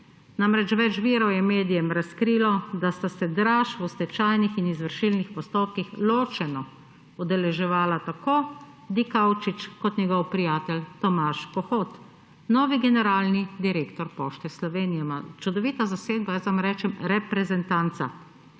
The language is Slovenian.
Namreč več virov je medijem razkrilo, da sta se dražb v stečajnih in izvršilnih postopkih ločeno udeleževala tako Dikaučič kot njegov prijatelj Tomaž Kokot, novi generalni direktor Pošte Slovenije. Čudovita zasedba, jaz vam rečem, reprezentanca.